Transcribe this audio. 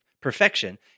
perfection